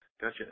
gotcha